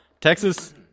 Texas